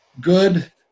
good